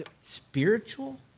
Spiritual